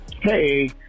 Hey